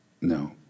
no